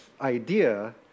idea